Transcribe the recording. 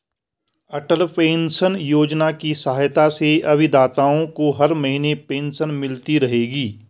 अटल pension योजना की सहायता से अभिदाताओं को हर महीने पेंशन मिलती रहेगी